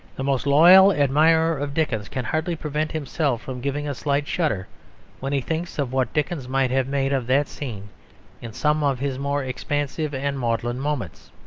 the most loyal admirer of dickens can hardly prevent himself from giving a slight shudder when he thinks of what dickens might have made of that scene in some of his more expansive and maudlin moments.